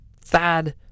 Thad